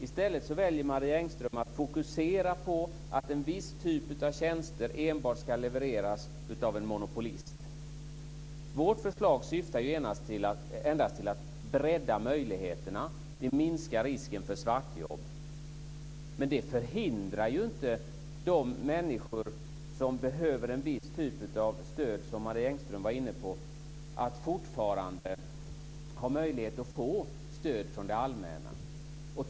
I stället väljer Marie Engström att fokusera på att en viss typ av tjänster enbart ska levereras av en monopolist. Vårt förslag syftar endast till att bredda möjligheterna. Vi minskar risken för svartjobb. Det förhindrar ju inte att de människor som behöver en viss typ av stöd, som Marie Engström var inne på, fortfarande kan ha möjlighet att få stöd från det allmänna.